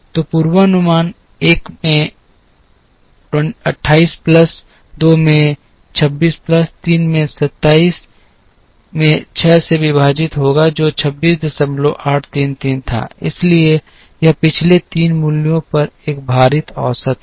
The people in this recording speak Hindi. तो पूर्वानुमान 1 में 28 प्लस 2 में 26 प्लस 3 में 27 में 6 से विभाजित होगा जो 26833 था इसलिए यह पिछले 3 मूल्यों पर एक भारित औसत है